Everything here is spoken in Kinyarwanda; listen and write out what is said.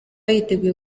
yiteguye